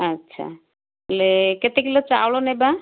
ଆଚ୍ଛା ହେଲେ କେତେ କିଲୋ ଚାଉଳ ନେବା